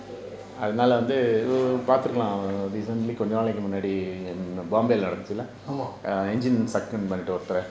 ஆமா:aama